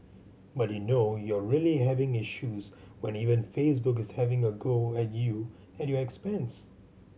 but you know you're really having issues when even Facebook is having a go at you at your expense